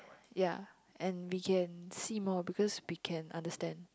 ya and we can see more because we can understand